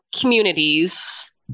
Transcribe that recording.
communities